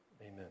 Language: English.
Amen